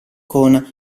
con